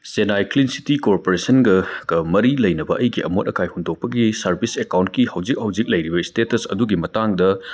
Chennai clean city ꯀꯣꯔꯄꯣꯔꯦꯁꯟꯒ ꯃꯔꯤ ꯂꯩꯅꯕ ꯑꯩꯒꯤ ꯑꯃꯣꯠ ꯑꯀꯥꯏ ꯍꯨꯟꯗꯣꯛꯄꯒꯤ ꯁꯥꯔꯕꯤꯁ ꯑꯦꯛꯀꯥꯎꯟꯒꯤ ꯍꯧꯖꯤꯛ ꯍꯧꯖꯤꯛ ꯂꯩꯔꯤꯕ ꯏꯁꯇꯦꯇꯁ ꯑꯗꯨꯒꯤ ꯃꯇꯥꯡꯗ